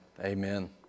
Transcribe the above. Amen